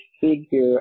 figure